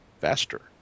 Faster